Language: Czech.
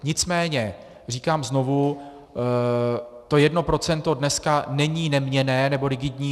Nicméně říkám znovu, to jedno procento dneska není neměnné nebo rigidní.